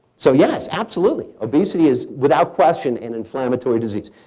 so, yes, absolutely. obesity is, without question, an inflammatory disease.